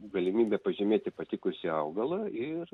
galimybe pažymėti patikusį augalą ir